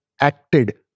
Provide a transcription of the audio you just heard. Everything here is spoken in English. acted